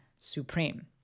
supreme